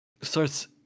starts